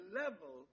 level